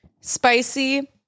Spicy